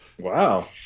Wow